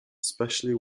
especially